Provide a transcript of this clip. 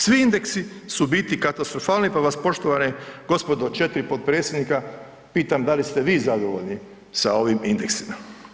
Svi indeksi su u biti katastrofalni, pa vas poštovana gospodo, 4 potpredsjednika, pitam da li ste vi zadovoljni sa ovim indeksima?